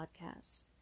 podcast